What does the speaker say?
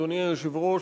אדוני היושב-ראש,